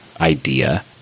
idea